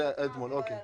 זאת תוספת של אתמול, אוקי.